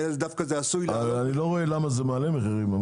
אני לא רואה למה זה מעלה מחירים.